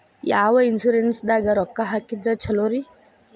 ಯಾವ ಇನ್ಶೂರೆನ್ಸ್ ದಾಗ ರೊಕ್ಕ ಹಾಕಿದ್ರ ಛಲೋರಿ?